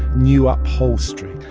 new upholstery.